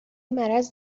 مرض